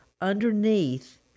underneath